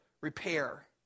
repair